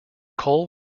cole